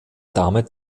damit